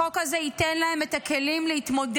החוק הזה ייתן להם את הכלים להתמודד,